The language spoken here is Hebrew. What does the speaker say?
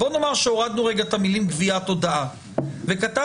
בואו נאמר שהורדנו את המילים גביית הודעה וכתבנו